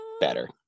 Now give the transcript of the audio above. better